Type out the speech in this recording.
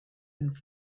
and